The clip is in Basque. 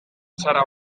zara